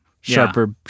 sharper